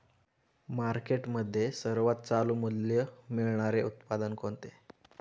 मार्केटमध्ये सर्वात चालू मूल्य मिळणारे उत्पादन कोणते?